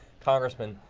congressman,